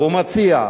והוא מציע,